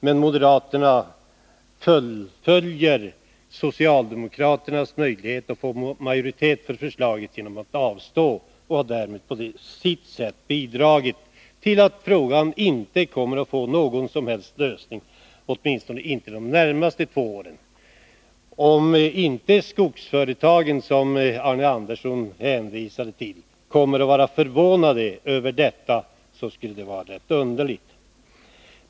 Men av bekämpningsmoderaterna ger socialdemokraterna möjlighet att få majoritet för sitt medel över skogsförslag genom att avstå från att rösta. Därmed bidrar moderaterna på sitt sätt mark till att frågan inte kommer att få någon som helst lösning, åtminstone inte under de närmaste två åren. Det skulle vara underligt, om inte skogsföretagen, som Arne Andersson i Ljung hänvisade till, kommer att vara förvånade över detta.